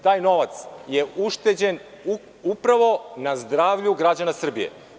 Taj novac je ušteđen na zdravlju građana Srbije.